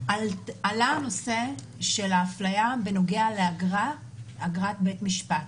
עלה הנושא של אפליה בנוגע לאגרת בית משפט.